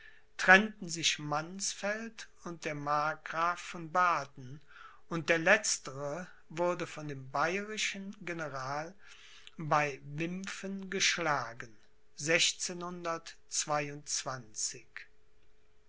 trennten sich mannsfeld und der markgraf von baden und der letztere wurde von dem bayerischen general bei wimpfen geschlagen